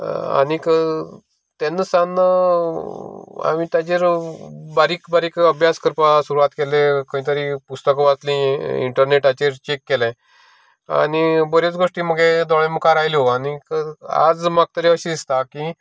आनीक तेन्ना सावन आमी ताजेर बारीक बारीक अभ्यास करपाक सुरवात केले खंय तरी पुस्तकां वाचलीं इंटरनेटाचेर चेक केलें आनी बरेच गोश्टी म्हगे दोळ्या मुखार आयल्यो आनी तर आज म्हाका अशें दिसता की